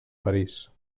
parís